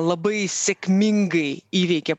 labai sėkmingai įveikė